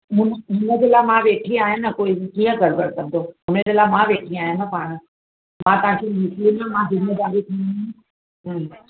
हिन हिनजे लाइ मां वेठी आहियां न कोई कीअं गड़बड़ कंदो हिनजे लाइ मां वेठी आहियां न पाण मां तव्हांखे मां जिम्मेदारी खईं हम्म